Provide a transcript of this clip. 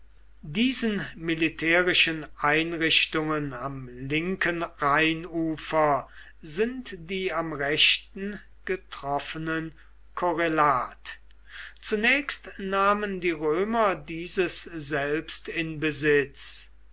diesen militärischen einrichtungen am linken rheinufer sind die am rechten getroffenen korrelat zunächst nahmen die römer dieses selbst in besitz